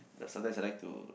but sometimes I like to like